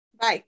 Bye